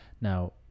Now